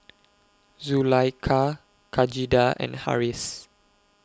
Zulaikha Khadija and Harris